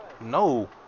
no